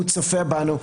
הוא צופה בנו,